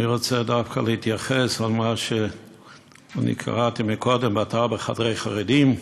אני רוצה דווקא להתייחס למה שאני קראתי קודם באתר "בחדרי חרדים"